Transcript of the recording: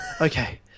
Okay